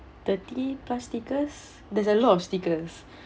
thirty plus stickers there's a lot of stickers